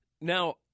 Now